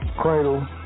cradle